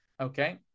Okay